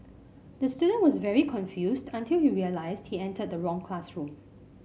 the student was very confused until he realised he entered the wrong classroom